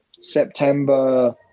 September